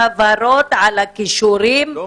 הבהרות על הכישורים הנמוכים -- לא.